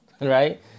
right